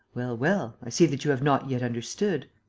well, well, i see that you have not yet understood.